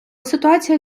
ситуація